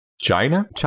China